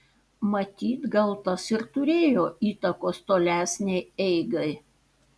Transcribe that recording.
matyt gal tas ir turėjo įtakos tolesnei eigai